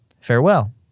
Farewell